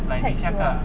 text you ah